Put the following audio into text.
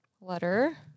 Letter